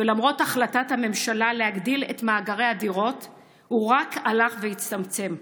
ולמרות החלטת הממשלה להגדיל את מאגרי הדירות הוא רק הלך והצטמצם.